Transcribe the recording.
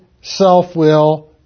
self-will